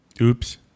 Oops